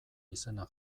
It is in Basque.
izena